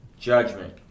judgment